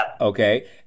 Okay